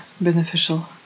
beneficial